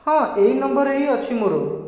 ହଁ ଏଇ ନମ୍ବରରେ ହିଁ ଅଛି ମୋ'ର